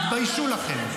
תתביישו לכם.